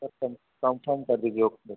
sir confirm कर दीजिए उसमें